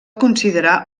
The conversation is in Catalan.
considerar